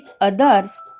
others